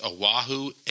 Oahu